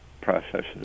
processes